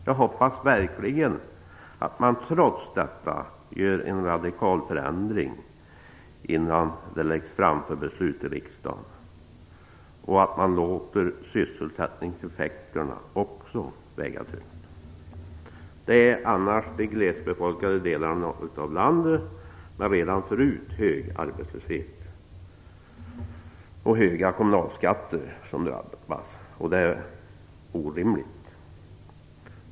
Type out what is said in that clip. Jag hoppas verkligen att man trots detta gör en radikal förändring innan förslaget läggs fram för beslut i riksdagen och att man också låter sysselsättningseffekterna väga tungt. Det blir annars de glesbefolkade delarna av landet som drabbas, vilka redan tidigare har hög arbetslöshet och höga kommunalskatter. Det vore orimligt.